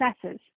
successes